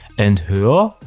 and here,